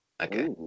Okay